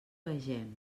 vegem